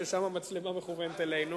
ששם המצלמה מכוונת אלינו.